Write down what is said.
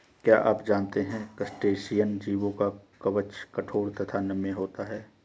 क्या आप जानते है क्रस्टेशियन जीवों का कवच कठोर तथा नम्य होता है?